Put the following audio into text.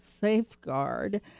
Safeguard